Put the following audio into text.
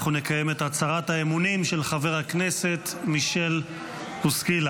אנחנו נקיים את הצהרת האמונים של חבר הכנסת מישל בוסקילה.